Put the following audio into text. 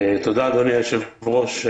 תודה, אדוני היושב-ראש.